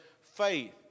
faith